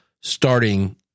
starting